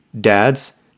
Dads